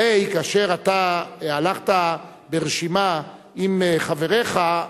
הרי כאשר אתה הלכת ברשימה עם חבריך,